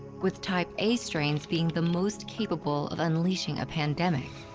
with type a strains being the most capable of unleashing a pandemic.